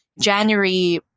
January